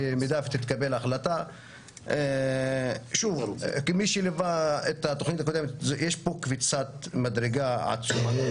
במידה ותתקבל החלטה - יש פה קפיצת מדרגה עצומה,